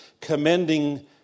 commending